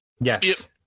Yes